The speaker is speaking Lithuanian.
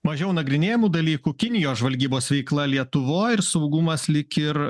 mažiau nagrinėjamų dalykų kinijos žvalgybos veikla lietuvoj ir saugumas lyg ir